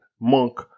Monk